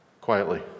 quietly